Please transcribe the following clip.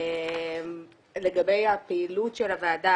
לגבי הפעילות של הוועדה,